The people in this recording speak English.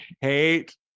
hate